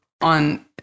on